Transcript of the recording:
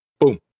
Boom